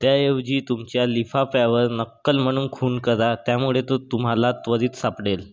त्याऐवजी तुमच्या लिफाफ्यावर नक्कल म्हणून खूण करा त्यामुळे तो तुम्हाला त्वरित सापडेल